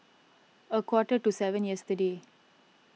a quarter to seven yesterday